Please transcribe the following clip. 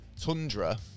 tundra